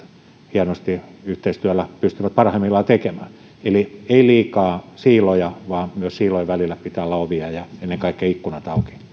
hienosti yhteistyöllä pystyvät parhaimmillaan tekemään eli ei liikaa siiloja vaan myös siilojen välillä pitää olla ovia ja ennen kaikkea ikkunat